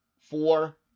four